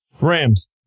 Rams